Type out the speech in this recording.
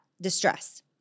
distress